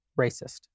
racist